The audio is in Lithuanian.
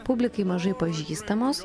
publikai mažai pažįstamos